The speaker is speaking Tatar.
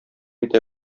итә